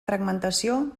fragmentació